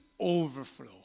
overflow